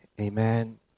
Amen